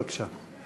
בבקשה.